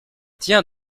tiens